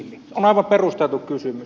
se on aivan perusteltu kysymys